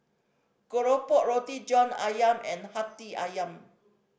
keropok Roti John Ayam and Hati Ayam